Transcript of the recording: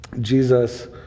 Jesus